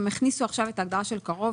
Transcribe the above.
הכניסו עכשיו את ההגדרה "קרוב",